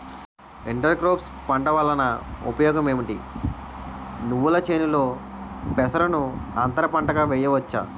Inter crops పంట వలన ఉపయోగం ఏమిటి? నువ్వుల చేనులో పెసరను అంతర పంటగా వేయవచ్చా?